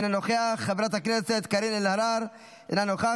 אינו נוכח,